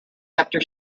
after